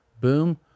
boom